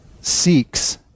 seeks